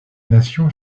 nation